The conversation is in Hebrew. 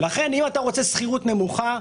לכן אם אתה רוצה שכירות נמוכה,